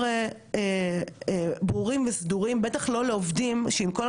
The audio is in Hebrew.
בטח לא לעובדים שעם כל הכבוד ללשכות פרטיות ולתאגידים,